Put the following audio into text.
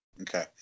okay